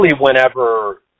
whenever